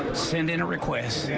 send in a request.